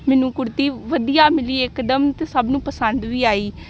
ਮੈਨੂੰ ਕੁੜਤੀ ਵਧੀਆ ਮਿਲੀ ਇਕਦਮ ਅਤੇ ਸਭ ਨੂੰ ਪਸੰਦ ਵੀ ਆਈ